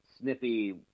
sniffy